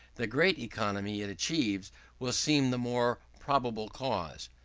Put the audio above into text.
the great economy it achieves will seem the more probable cause.